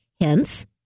hence